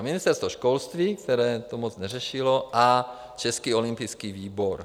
Ministerstvo školství, které to moc neřešilo, a Český olympijský výbor.